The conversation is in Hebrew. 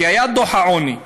כי היה דוח העוני,